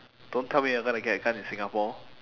don't tell me you're gonna get a gun in singapore